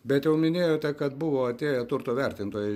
bet jau minėjote kad buvo atėję turto vertintojai